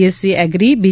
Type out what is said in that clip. એસસીએગ્રી બી